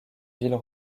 villes